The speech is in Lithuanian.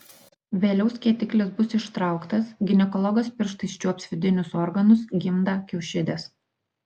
vėliau skėtiklis bus ištrauktas ginekologas pirštais čiuops vidinius organus gimdą kiaušides